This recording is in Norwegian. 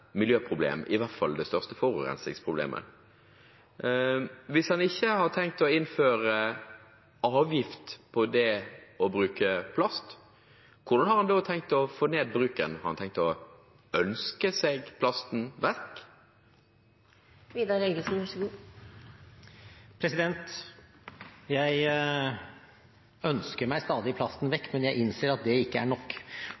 i hvert fall det største forurensingsproblemet. Hvis han ikke har tenkt å innføre avgift på det å bruke plast, hvordan har han da tenkt å få ned bruken? Har han tenkt å ønske seg plasten vekk? Jeg ønsker meg stadig plasten vekk,